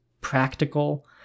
practical